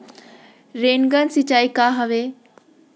Rain gun सिंचाई का हवय?